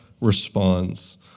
responds